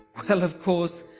well of course,